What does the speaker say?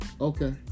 Okay